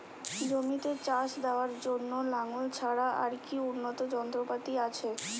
জমিতে চাষ দেওয়ার জন্য লাঙ্গল ছাড়া আর কি উন্নত যন্ত্রপাতি আছে?